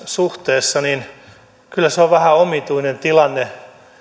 suhteessa niin kyllä se on vähän omituinen tilanne